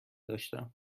داشتم